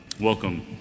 welcome